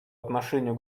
отношению